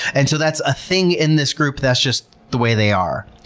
and so that's a thing in this group. that's just the way they are.